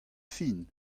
fin